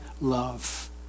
love